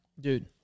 dude